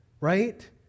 Right